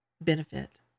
benefit